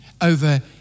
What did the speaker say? over